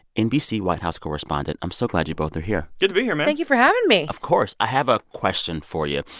nbc white house correspondent. i'm so glad you both are here good to be here, man thank you for having me of course. i have a question for you.